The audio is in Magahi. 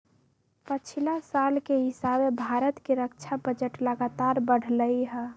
पछिला साल के हिसाबे भारत के रक्षा बजट लगातार बढ़लइ ह